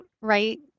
right